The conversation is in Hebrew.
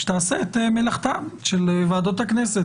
שתעשה את מלאכתן של ועדות הכנסת,